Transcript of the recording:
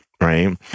Right